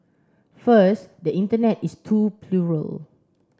first the Internet is too plural